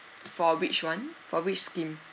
for which one for which scheme